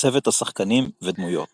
צוות השחקנים ודמויות